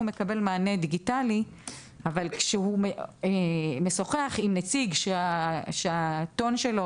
הוא מקבל מענה דיגיטלי אבל כשהוא משוחח עם נציג שהטון שלו